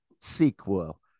sequel